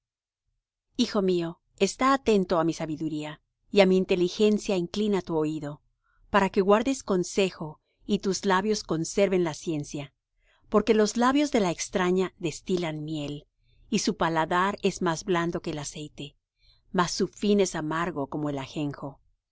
hijo mío está atento á mi sabiduría y á mi inteligencia inclina tu oído para que guardes consejo y tus labios conserven la ciencia porque los labios de la extraña destilan miel y su paladar es más blando que el aceite mas su fin es amargo como el ajenjo